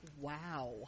wow